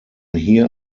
hier